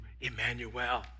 Emmanuel